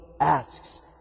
asks